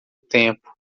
tempo